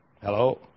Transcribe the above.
Hello